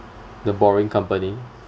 the boring company